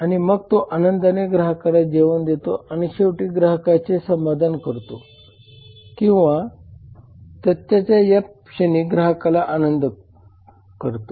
आणि मग तो आनंदाने ग्राहकाला जेवण देतो आणि शेवटी ग्राहकाचे समाधान करतो किंवा सत्याच्या या क्षणी ग्राहकाला आनंदित करतो